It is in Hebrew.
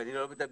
ואני לא מדבר